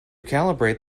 calibrate